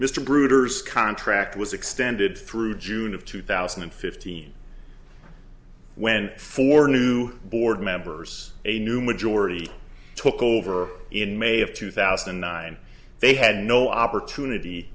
mr brooders contract was extended through june of two thousand and fifteen when four new board members a new majority took over in may of two thousand and nine they had no opportunity